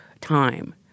time